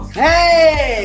hey